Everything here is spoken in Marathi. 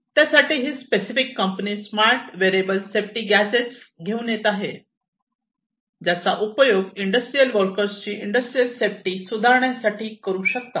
त्यासाठी ही specific company smart wearable safety gadgets घेऊन येत आहे ज्याचा उपयोग इंडस्ट्रियल वर्कर्सची इंडस्ट्रियल सेफ्टी सुधारण्यासाठी करू शकतात